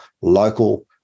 local